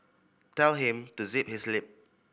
tell him to zip his lip